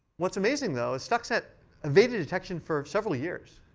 what's amazing, though, is stuxnet evaded detection for several years.